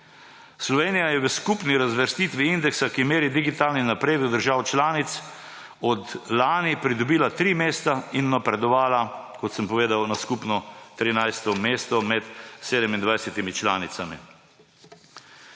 Slovenija je v skupni razvrstiti indeksa, ki meri digitalni napredek držav članic, od lani pridobila tri mesta in napredovala, kot sem povedal, na skupno 13. mesto med 27. članicami.